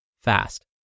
fast